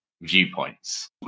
viewpoints